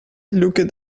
looked